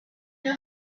knew